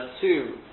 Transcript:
two